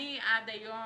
אני עד היום,